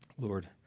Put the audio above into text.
Lord